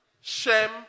Shem